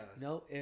No